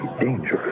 dangerous